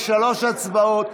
יש שלוש הצבעות,